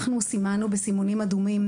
אנחנו סימנו בסימונים אדומים